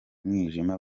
mwijima